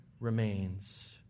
Remains